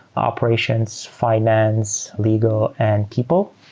operations, finance, legal, and people.